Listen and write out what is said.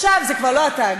עכשיו זה כבר לא התאגיד,